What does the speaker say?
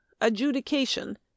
Adjudication